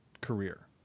career